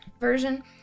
Version